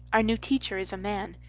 our new teacher is a man.